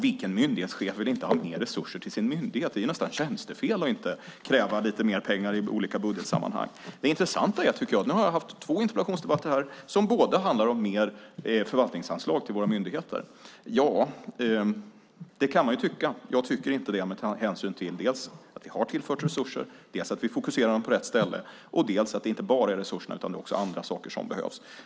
Vilken myndighetschef vill inte ha mer resurser till sin myndighet? Det är ju nästan tjänstefel att inte kräva lite mer pengar i olika budgetsammanhang. Nu har jag haft två interpellationsdebatter här som båda handlar om mer förvaltningsanslag till våra myndigheter. Det kan man ju tycka, men jag tycker inte det med hänsyn dels till att vi har tillfört resurser, dels till att vi har fokuserat dem på rätt ställe och dels till att det inte handlar bara om resurser utan också om andra saker som behövs.